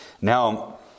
Now